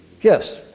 Yes